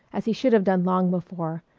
as he should have done long before,